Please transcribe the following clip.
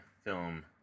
film